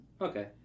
Okay